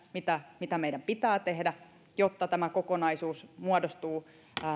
mitä mitä meidän pitää tehdä jotta tämä kokonaisuus muodostuu